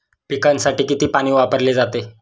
पिकांसाठी किती पाणी वापरले जाते?